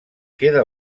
queda